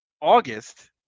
August